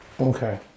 Okay